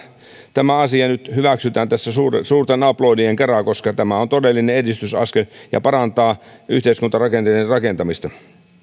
tämä asia nyt hyväksytään tässä suurten suurten aplodien kera koska tämä on todellinen edistysaskel ja parantaa yhteiskuntarakenteiden rakentamista